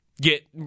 get